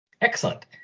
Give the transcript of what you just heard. Excellent